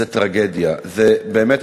זאת טרגדיה באמת,